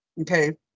okay